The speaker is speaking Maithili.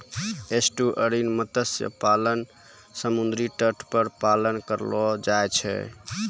एस्टुअरिन मत्स्य पालन समुद्री तट पर पालन करलो जाय छै